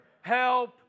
help